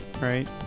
right